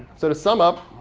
so to sum up,